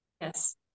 Yes